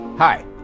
Hi